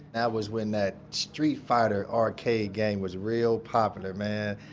that was when that street fighter arcade game was real popular, man,